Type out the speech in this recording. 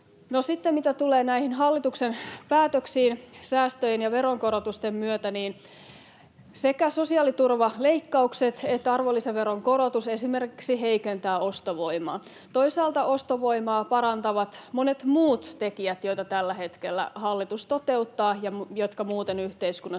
sitten, mitä tulee näihin hallituksen päätöksiin säästöjen ja veronkorotusten myötä, niin esimerkiksi sekä sosiaaliturvaleikkaukset että arvonlisäveron korotus heikentävät ostovoimaa. Toisaalta ostovoimaa parantavat monet muut tekijät, joita tällä hetkellä hallitus toteuttaa ja jotka muuten yhteiskunnassa